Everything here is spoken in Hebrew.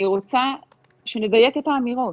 אני רוצה שנדייק את האמירות.